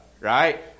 right